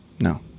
No